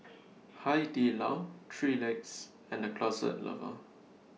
Hai Di Lao three Legs and The Closet Lover